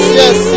yes